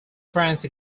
france